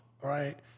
right